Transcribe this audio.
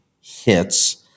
hits